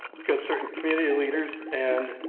because certain community leaders and